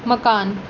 मकान